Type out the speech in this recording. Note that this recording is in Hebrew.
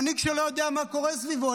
מנהיג שלא יודע מה קורה מסביבו,